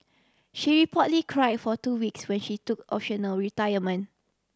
she portly cry for two weeks when she took optional retirement